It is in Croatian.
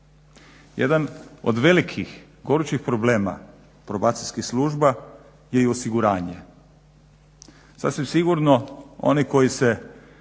Jedan od velikih, gorućih problema probacijskih službi je i osiguranje. Sasvim sigurno oni koji se